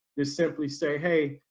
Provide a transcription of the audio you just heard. they simply say, hey,